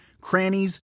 crannies